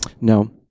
No